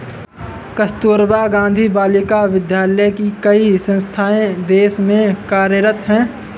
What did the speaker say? कस्तूरबा गाँधी बालिका विद्यालय की कई संस्थाएं देश में कार्यरत हैं